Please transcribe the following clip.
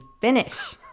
finish